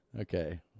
Okay